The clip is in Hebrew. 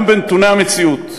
גם בנתוני המציאות,